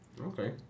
Okay